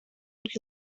could